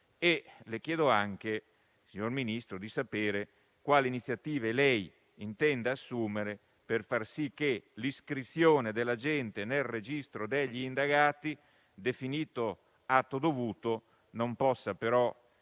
Le chiedo altresì di sapere quali iniziative intende assumere per far sì che l'iscrizione dell'agente nel registro degli indagati, definito "atto dovuto", non possa però avere